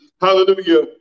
Hallelujah